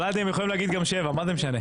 ולדי, הם יכולים להגיד גם שבע, מה זה משנה.